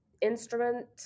instrument